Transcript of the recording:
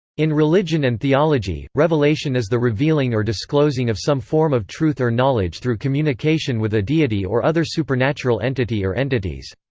in religion and theology, revelation is the revealing or disclosing of some form of truth or knowledge through communication with a deity or other supernatural entity or entities.